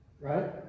Right